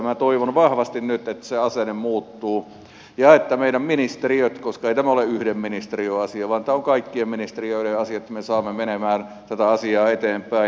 minä toivon vahvasti nyt että se asenne muuttuu ja että meidän ministeriöt koska ei tämä ole yhden ministeriön asia vaan tämä on kaikkien ministeriöiden asia vievät tätä asiaa eteenpäin